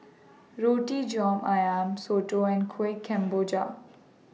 Roti John Ayam Soto and Kueh Kemboja